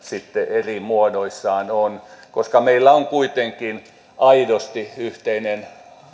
eri muodoissaan on koska meillä on kuitenkin aidosti yhteinen arvopohja